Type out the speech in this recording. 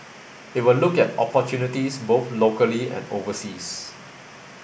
it will look at opportunities both locally and overseas